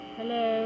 Hello